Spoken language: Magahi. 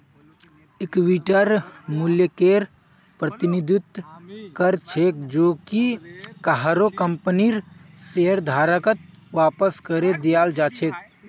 इक्विटीर मूल्यकेर प्रतिनिधित्व कर छेक जो कि काहरो कंपनीर शेयरधारकत वापस करे दियाल् जा छेक